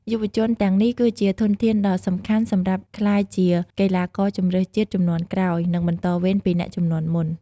យុវជនទាំងនេះគឺជាធនធានដ៏សំខាន់សម្រាប់ក្លាយជាកីឡាករជម្រើសជាតិជំនាន់ក្រោយ និងបន្តវេនពីអ្នកជំនាន់មុន។